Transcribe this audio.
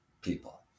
people